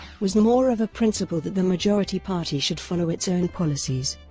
was more of a principle that the majority party should follow its own policies.